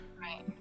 Right